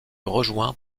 rejoints